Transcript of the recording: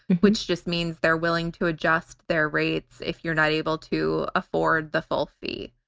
which just means they're willing to adjust their rates if you're not able to afford the full fee.